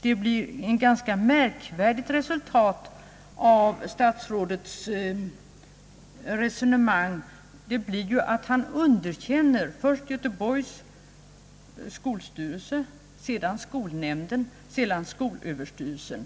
det blir ett ganska märkvärdigt resultat av statsrådets resonemang. Resultatet blir ju att han underkänner utlåtanden från först Göteborgs skolstyrelse, sedan skolnämnden och därefter skolöverstyrelsen.